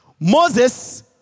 Moses